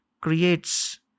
creates